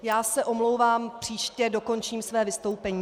Já se omlouvám, příště dokončím své vystoupení.